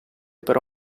però